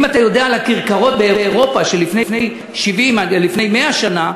אם אתה יודע על הכרכרות באירופה לפני 100 שנה,